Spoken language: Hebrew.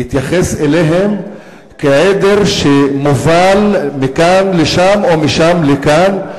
שיתייחס אליהם כאל עדר שמובל מכאן לשם או משם לכאן.